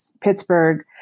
Pittsburgh